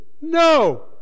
no